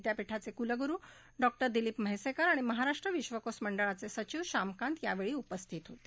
विद्यापीठाचे कुलगुरू डॉ दिलीप म्हैसेकर आणि महाराष्ट्र विश्वकोश मंडळाचे सचिव श्यामकांत उपस्थित होते